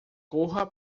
corra